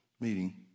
meeting